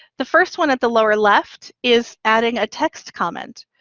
the first one at the lower left is adding a text comment.